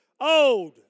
Old